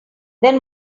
then